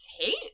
hate